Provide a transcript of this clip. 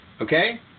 Okay